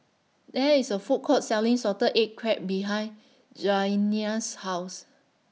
There IS A Food Court Selling Salted Egg Crab behind Janiya's House